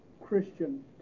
Christian